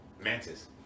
Mantis